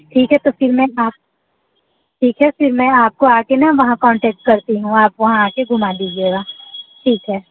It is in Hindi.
ठीक है तो फिर मैं आप ठीक है फिर मैं आपको आकर ना वहाँ कांटेक्ट करती हूँ आप वहाँ आकर घूमा दीजिए ठीक है